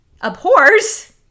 abhors